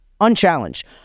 unchallenged